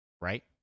right